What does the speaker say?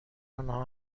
آنها